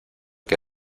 que